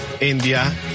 India